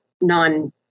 non